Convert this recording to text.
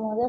ಮೊದ್ಲ